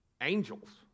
angels